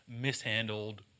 mishandled